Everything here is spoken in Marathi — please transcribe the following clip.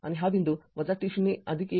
आणि हा बिंदू t0१ आहे